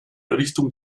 errichtung